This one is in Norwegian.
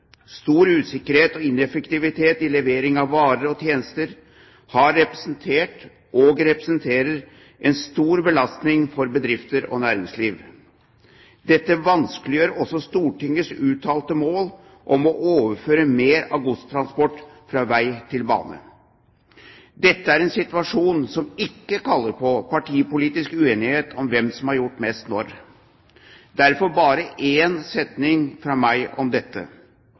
Stor usikkerhet og ineffektivitet i levering av varer og tjenester har representert og representerer en stor belastning for bedrifter og næringsliv. Dette vanskeliggjør også Stortingets uttalte mål om å overføre mer av godstransporten fra vei til bane. Dette er en situasjon som ikke kaller på partipolitisk uenighet om hvem som har gjort mest når. Derfor bare én setning fra meg om dette: